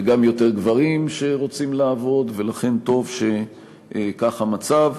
וגם יותר גברים שרוצים לעבוד, ולכן טוב שכך המצב.